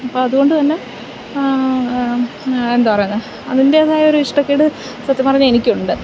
അപ്പോൾ അതുകൊണ്ട് തന്നെ എന്താ പറയുന്നത് അതിൻ്റെതായ ഒരു ഇഷ്ടക്കേട് സത്യം പറഞ്ഞ എനിക്ക് ഉണ്ട്